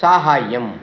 साहाय्यम्